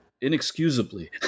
inexcusably